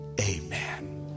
Amen